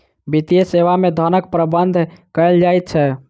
वित्तीय सेवा मे धनक प्रबंध कयल जाइत छै